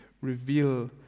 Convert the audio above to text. reveal